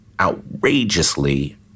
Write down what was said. outrageously